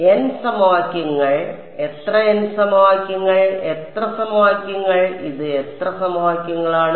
n സമവാക്യങ്ങൾ എത്ര n സമവാക്യങ്ങൾ എത്ര സമവാക്യങ്ങൾ ഇത് എത്ര സമവാക്യങ്ങളാണ്